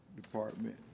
department